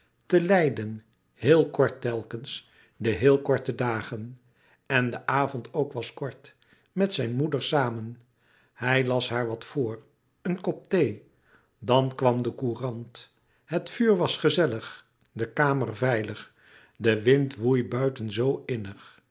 te lijden heel kort telkens de heel korte dagen en de avond ook was kort met zijn moeder samen hij las haar wat voor een kop thee dan kwam de courant louis couperus metamorfoze het vuur was gezellig de kamer veilig de wind woei buiten zoo innig